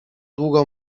długo